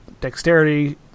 dexterity